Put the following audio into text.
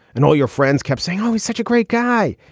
and all your friends kept saying oh he's such a great guy.